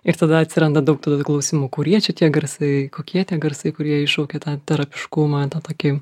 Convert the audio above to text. ir tada atsiranda daug tų klausimų kurie čia tie garsai kokie tie garsai kurie iššaukė tą terapiškumą tą tokį